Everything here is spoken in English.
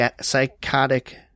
psychotic